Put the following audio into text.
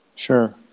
Sure